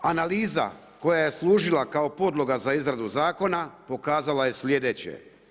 Analiza koja eje služila kao podloga za izradu zakona pokazala je slijedeće.